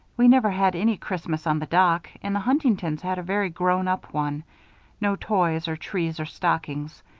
we never had any christmas on the dock and the huntingtons had a very grown-up one no toys or trees or stockings.